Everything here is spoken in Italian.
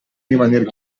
rimaner